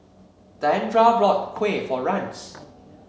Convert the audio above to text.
Diandra bought Kuih for Rance